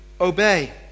obey